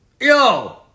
Yo